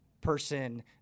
person